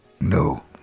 No